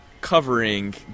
covering